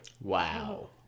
Wow